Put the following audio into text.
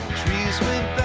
trees went